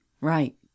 right